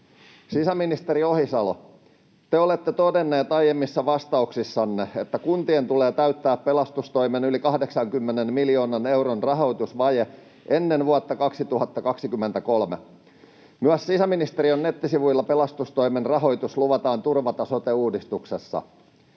Sisäministeri Ohisalo, te olette todennut aiemmissa vastauksissanne, että kuntien tulee täyttää pelastustoimen yli 80 miljoonan euron rahoitusvaje ennen vuotta 2023. Myös sisäministeriön nettisivuilla pelastustoimen rahoitus luvataan turvata sote-uudistuksessa.